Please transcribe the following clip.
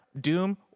Doom